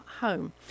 home